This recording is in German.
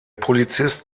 polizist